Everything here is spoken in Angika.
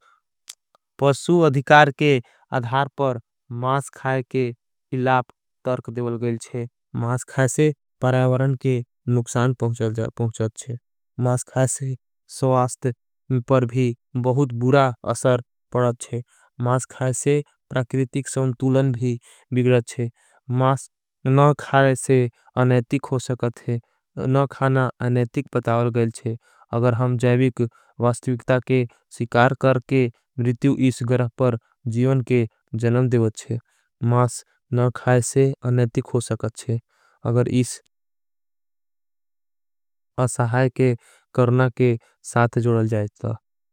पसू अधिकार के अधार पर मास खाय के खिलाप तरक। देवल गयल छे मास खाय से पर्यावरन के नुक्सान पहुँच चे। मास खाय से स्वास्त पर भी बहुत बुरा असर पड़त छे मास। खाय से प्रकृतिक संतूलन भी विगड़त छे मास नव खाय से। अनेतिक हो सकत है अगर हम जैविक वास्तविक्ता के। सिकार कर के मृत्यू इस गरह पर जीवन के जनम। देवत छे मास नव खाय से अनेतिक हो सकत छे। अगर इस असाहाय के करणा के साथ जोड़ल जायत था।